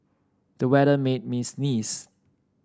the weather made me sneeze